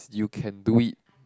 you can do it